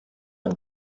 und